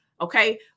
okay